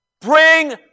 bring